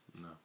No